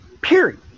Period